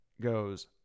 goes